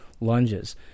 lunges